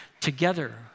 together